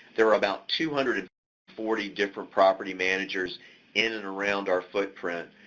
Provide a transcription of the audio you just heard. there are about two hundred and forty different property managers in and around our footprint.